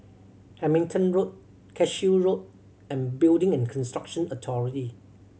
Hamilton Road Cashew Road and Building and Construction Authority